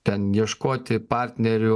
ten ieškoti partnerių